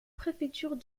préfecture